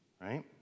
right